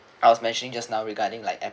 I was mentioning just now regarding like